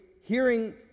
hearing